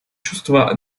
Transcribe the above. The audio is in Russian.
чувство